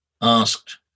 asked